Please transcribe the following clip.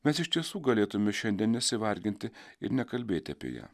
mes iš tiesų galėtume šiandien nesivarginti ir nekalbėti apie ją